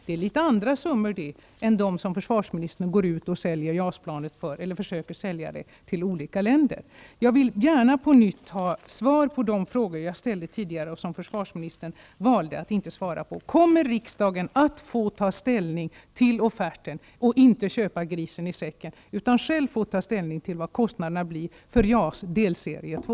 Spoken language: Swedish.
Det är litet andra summor det, än dem som försvarsministern går ut och försöker sälja JAS planet för till olika länder. Jag vill gärna ha svar på de frågor jag ställde tidigare och som försvarsministern valde att inte svara på. Kommer riksdagen att få ta ställning till offerten för att inte köpa grisen i säcken? Kommer riksdagen själv att få ta ställning vad kostnaderna för JAS delserie 2